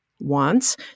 wants